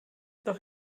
doch